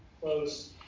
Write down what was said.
Close